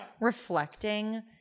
reflecting